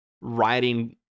writing